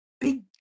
big